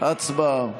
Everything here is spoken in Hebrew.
הצבעה.